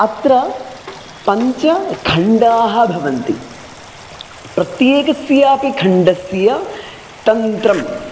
अत्र पञ्चखण्डाः भवन्ति प्रत्येकस्यापि खण्डस्य तन्त्रम्